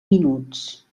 minuts